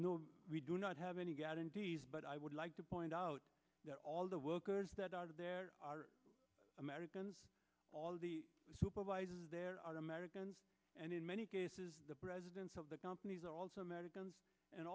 no we do not have any but i would like to point out that all the workers that are there are americans all the supervisors there are americans and in many cases the presidents of the companies are also americans and